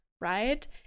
Right